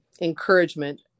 encouragement